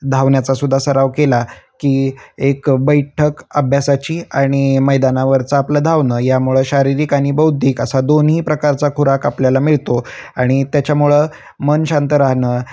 धावण्याचासुद्धा सराव केला की एक बैठक अभ्यासाची आणि मैदानावरचा आपलं धावणं यामुळं शारीरिक आणि बौद्धिक असा दोनही प्रकारचा खुराक आपल्याला मिळतो आणि त्याच्यामुळं मन शांत राहणं